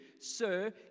Sir